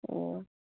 ꯑꯣ